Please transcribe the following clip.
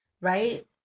right